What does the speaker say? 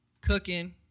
cooking